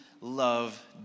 love